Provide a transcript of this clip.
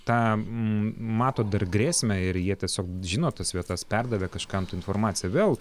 tam mato dar grėsmę ir jie tiesiog žino tas vietas perdavė kažkam tai informaciją vėl